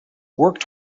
worked